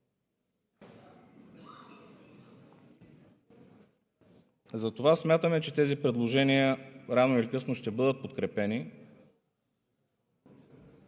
Затова смятаме, че тези предложения рано или късно ще бъдат подкрепени